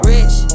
Rich